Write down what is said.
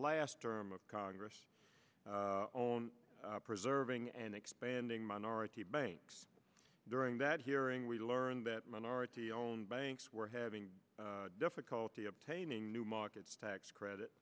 last term of congress on preserving and expanding minority banks during that hearing we learned that minority owned banks were having difficulty obtaining new markets tax credit